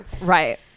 Right